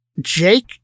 Jake